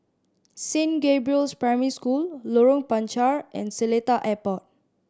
Saint Gabriel's Primary School Lorong Panchar and Seletar Airport